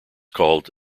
called